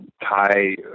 Thai